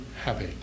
happy